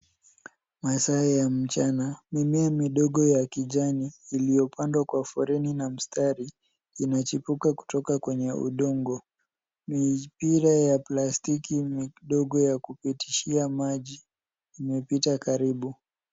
Masaa ya mchana. Mimea midogo ya kijani iliyopandwa kwa foleni na mistari inachipuka kutoka kwa udongo. Mipira ya plastiki midogo ya kupitishia maji imepita karibu.